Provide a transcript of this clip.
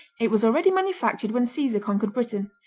it was already manufactured when caesar conquered britain,